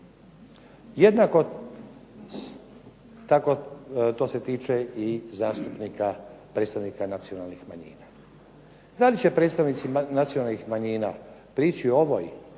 tako to se tiče i zastupnika predstavnika nacionalnih manjina. Da li će predstavnici nacionalnih manjina prići ovoj